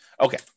Okay